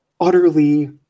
utterly